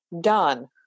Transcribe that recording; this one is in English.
done